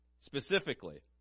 specifically